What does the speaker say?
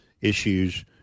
issues